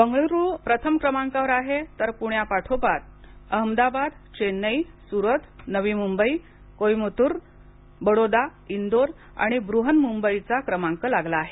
बंगळुरू प्रथम क्रमांकावर आहे तर पुण्यापाठोपाठ अहमदाबाद चेन्नई सुरत नवी मुंबई कोईमतुर बडोदा इंदोर आणि बुहन्मुंबईचा क्रमांक लागला आहे